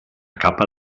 capa